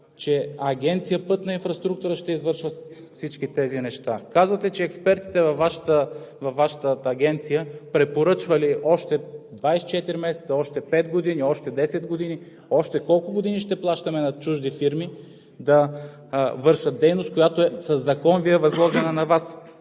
че Агенция „Пътна инфраструктура“ ще извършва всички тези неща. Казвате, че експертите във Вашата агенция препоръчвали още 24 месеца, още пет години, още 10 години... Още колко години ще плащаме на чужди фирми да вършат дейност, която със Закон е възложена на Вас?